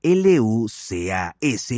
lucas